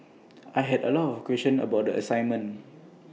I had A lot of questions about the assignment